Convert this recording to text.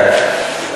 כן.